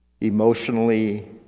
emotionally